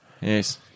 Yes